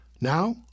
Now